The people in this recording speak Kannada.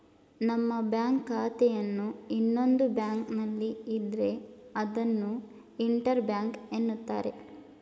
ನಮ್ಮ ಬ್ಯಾಂಕ್ ಖಾತೆಯನ್ನು ಇನ್ನೊಂದು ಬ್ಯಾಂಕ್ನಲ್ಲಿ ಇದ್ರೆ ಅದನ್ನು ಇಂಟರ್ ಬ್ಯಾಂಕ್ ಎನ್ನುತ್ತಾರೆ